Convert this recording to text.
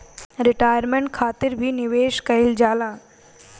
retirement खातिर भी निवेश कईल जाला